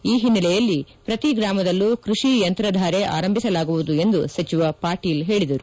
ಈ ಹಿನ್ನೆಲೆಯಲ್ಲಿ ಪ್ರತಿ ಗ್ರಾಮದಲ್ಲೂ ಕೃಷಿ ಯಂತ್ರಧಾರೆ ಆರಂಭಿಸಲಾಗುವುದು ಎಂದು ಸಚಿವ ಪಾಟೀಲ್ ಹೇಳಿದರು